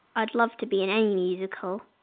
i'd love to be in any musical.